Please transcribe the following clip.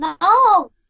No